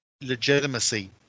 legitimacy